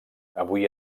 avui